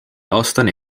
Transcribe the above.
aastane